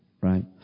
right